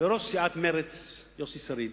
ולראש סיעת מרצ יוסי שריד,